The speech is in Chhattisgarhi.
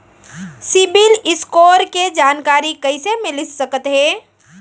सिबील स्कोर के जानकारी कइसे मिलिस सकथे?